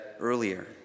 earlier